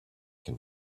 can